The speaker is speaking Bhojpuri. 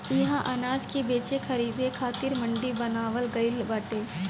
इहा अनाज के बेचे खरीदे खातिर मंडी बनावल गइल बाटे